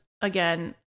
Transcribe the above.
again